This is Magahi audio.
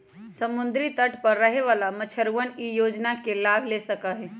समुद्री तट पर रहे वाला मछुअरवन ई योजना के लाभ ले सका हई